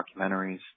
documentaries